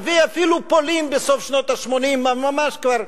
ואפילו פולין בסוף שנות ה-80 ממש כבר,